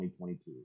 2022